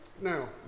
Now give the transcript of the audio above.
Now